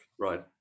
Right